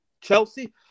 Chelsea